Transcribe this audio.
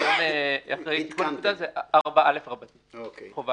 היום אחרי עדכון זה 4א. החלפתם.